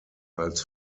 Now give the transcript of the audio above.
als